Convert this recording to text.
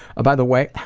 by the way,